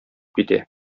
китә